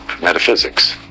metaphysics